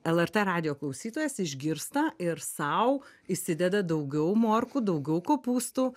lrt radijo klausytojas išgirsta ir sau įsideda daugiau morkų daugiau kopūstų